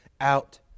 out